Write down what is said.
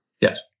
yes